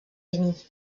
denis